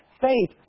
faith